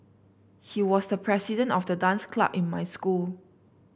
he was the president of the dance club in my school